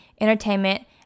entertainment